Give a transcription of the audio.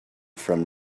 from